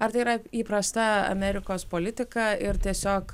ar tai yra įprasta amerikos politika ir tiesiog